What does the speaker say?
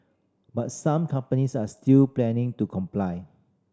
but some companies are still planning to comply